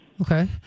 Okay